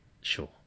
Sure